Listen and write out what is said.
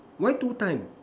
why two time